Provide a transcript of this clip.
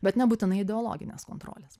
bet nebūtinai ideologinės kontrolės